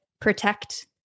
Protect